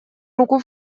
руку